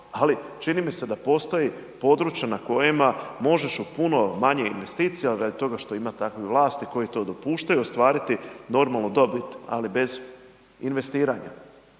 ali čini mi se da postoji područje na kojima možeš u puno manje investicija radi toga što ima takvih vlasti koje to dopuštaju, ostvariti normalnu dobit ali bez investiranja.